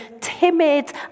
timid